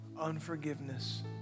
unforgiveness